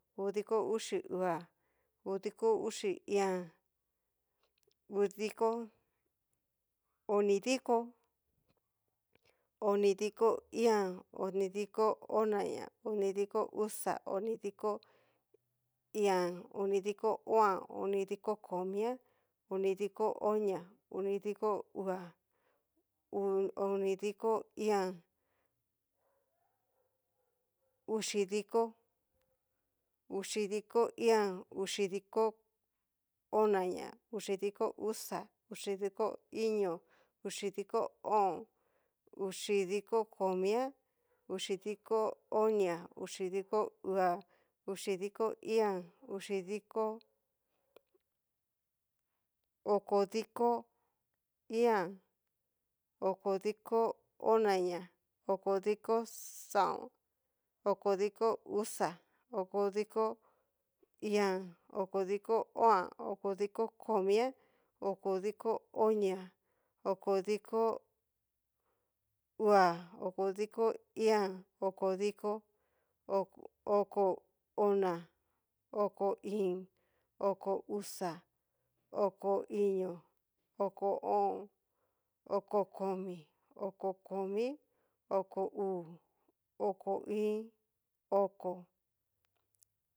Udiko uxi uuá, udiko uxi iin 'a, udiko, onidiko, onidiko íín'an, onidiko onaña, onidiko uxa, onidiko íín'an, onidiko o'an, onidiko komiá, onidiko onia, onidiko uuá, onidiko iin'an uxidiko íín'an, uxidiko, onaña, uxidiko, uxa, uxidiko iño, uxidiko o'on, uxidiko komia, uxidiko onia, uxidiko uuá, uxidikó iin'an, uxidiko, okodiko íín'an okodiko onaña, okodiko xaón. okodiko uxa, okodiko íín'an. okodiko o'an, okodiko komia, okodiko onía, okodiko uu'a, okodiko iin'an, okodiko, oko oná, oko íín, oko uxa, oko iño, oko o'on, oko komi, oko oní, oko uu, oko iin, oko.